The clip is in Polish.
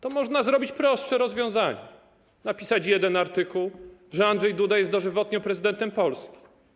To jest prostsze rozwiązanie: napisać jeden artykuł, że Andrzej Duda jest dożywotnio prezydentem Polski.